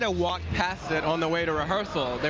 ah walked past it on the way to rehearsal.